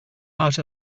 out